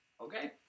Okay